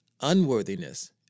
unworthiness